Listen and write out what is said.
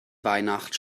weihnacht